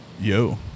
Yo